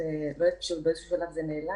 יש לנו בין 80 ל-100